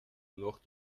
noch